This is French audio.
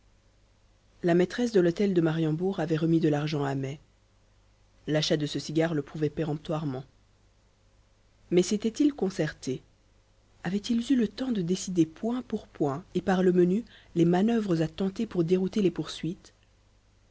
la maîtresse de l'hôtel de mariembourg avait remis de l'argent à mai l'achat de ce cigare le prouvait péremptoirement mais s'étaient-ils concertés avaient-ils eu le temps de décider point pour point et par le menu les manœuvres à tenter pour dérouter les poursuites